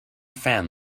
fan